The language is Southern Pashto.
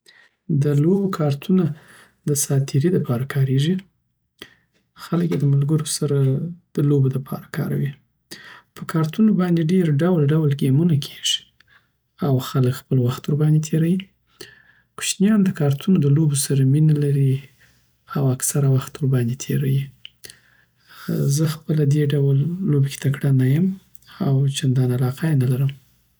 د لوبو کارتونه د ساعت تېرۍ دپاره کاریږی خلک یې د ملګرو سره د لوبو د پاره کاروي. په کارتونو باندی ډیر ډول ډول ګیمونه ګیږی او خلک خپل وخت ورباندی تیروی کوشنیان د کارتونو دلوبوسره مینه لری او اکثره وخت ورباندی تیروی زه خپله دی ډول لوبو کی تکړه نه یم او چندان علاق یی نلرم